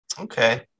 okay